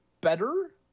better